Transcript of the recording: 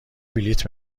بلیط